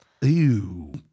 Ew